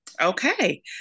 Okay